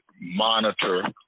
monitor